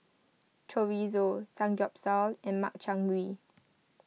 Chorizo Samgyeopsal and Makchang Gui